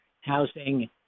housing